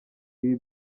ibi